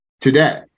today